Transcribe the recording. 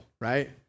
right